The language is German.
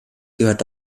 gehört